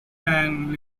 and